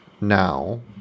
now